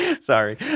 Sorry